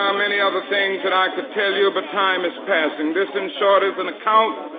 um many other things that i could tell you, but time is passing. this, in short, is an account